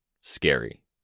Scary